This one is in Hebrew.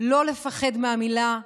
לא לפחד מהמילה קדמה.